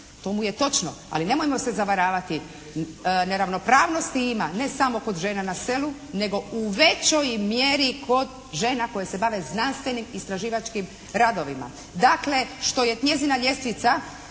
to mu je točno ali nemojmo se zavaravati. Neravnopravnosti ima ne samo kod žena na selu nego u većoj mjeri kod žena koje se bave znanstvenim istraživačkim radovima. Dakle, što je njezina ljestvica